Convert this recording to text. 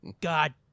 God